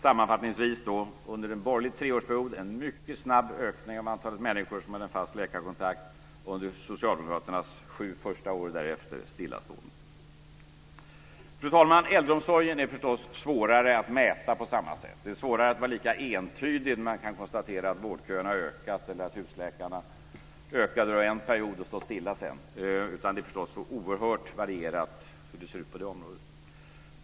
Sammanfattningsvis: Under en borgerlig treårsperiod: en mycket snabb ökning av antalet människor som hade en fast läkarkontakt, och under socialdemokraternas sju första år: stillastående. Fru talman! Äldreomsorgen är förstås svårare att mäta på samma sätt. Det är svårare att vara lika entydig. Man kan konstatera att vårdköerna har ökat eller att antalet husläkare ökade under en period och stod stilla sedan. Det är förstås oerhört varierat hur det ser ut vad gäller äldreomsorgen.